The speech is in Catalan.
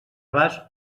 vas